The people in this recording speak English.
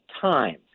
time